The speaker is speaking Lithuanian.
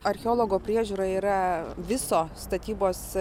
archeologo priežiūra yra viso statybos